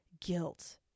guilt